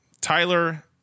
tyler